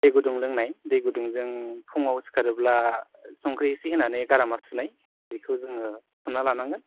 दै गुदुं लोंनाय दै गुदुंजों फुङाव सिखारोब्ला संख्रि एसे होनानै गारामा सुनाय बेखौ जोङो खालामना लानांगोन